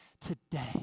today